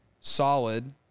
solid